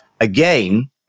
again